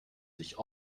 sich